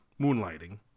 Moonlighting